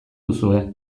duzue